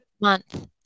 month